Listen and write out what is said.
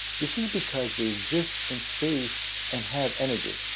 this is because they exist in space and have energy.